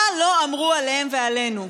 מה לא אמרו עליהם ועלינו?